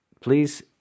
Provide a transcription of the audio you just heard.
please